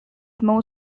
more